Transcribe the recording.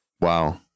Wow